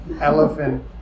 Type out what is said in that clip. elephant